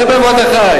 תראה איפה אתה חי,